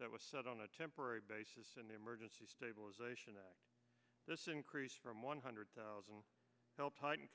that was set on a temporary basis an emergency stabilization of this increase from one hundred thousand help tighten